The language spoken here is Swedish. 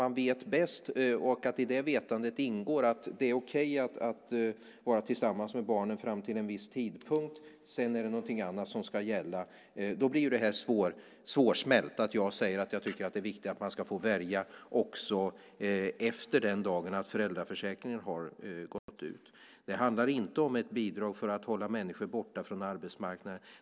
För den som tror sig veta bäst och säger att det är okej att vara tillsammans med barnen fram till en viss tidpunkt men att det sedan är något annat som ska gälla blir det jag säger svårsmält. Jag säger att jag tycker att det är viktigt att man kan välja också efter att föräldraförsäkringen har gått ut. Det handlar inte om ett bidrag för att hålla människor borta från arbetsmarknaden.